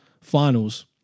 finals